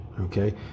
okay